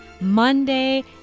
Monday